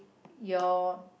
your